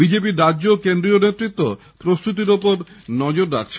BJP র রাজ্য ও কেন্দ্রীয় নেতৃত্ব প্রস্তুতির ওপর নজর রাখছেন